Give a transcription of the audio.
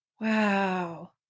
Wow